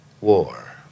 War